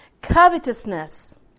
Covetousness